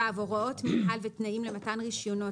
(ו)הוראות מינהל ותנאים למתן רישיונות